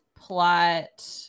plot